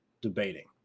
debating